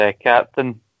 captain